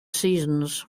seasons